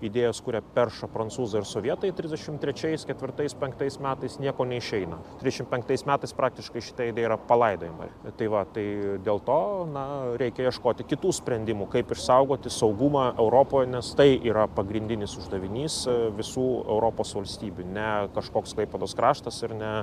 idėjos kurią perša prancūzai ir sovietai trisdešimt trečiais ketvirtais penktais metais nieko neišeina trisdešimt penktais metais praktiškai šita yra palaidojama tai va tai dėl to na reikia ieškoti kitų sprendimų kaip išsaugoti saugumą europoje nes tai yra pagrindinis uždavinys visų europos valstybių ne kažkoks klaipėdos kraštas ir ne